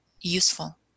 useful